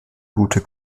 gute